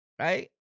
right